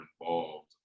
involved